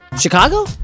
Chicago